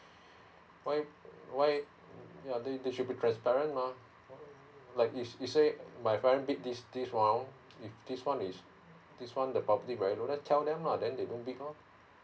why why ya they they should be transparent mah like you you say my parent bid this this round if this one is this one the probability very low then tell them lah then they don't bid mah